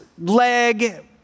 leg